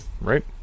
right